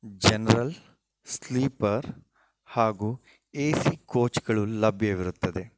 general sleeper ಹಾಗೂ A C ಕೋಚ್ಗಳು ಲಭ್ಯವಿರುತ್ತದೆ